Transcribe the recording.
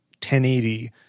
1080